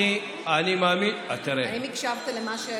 האם הקשבת למה,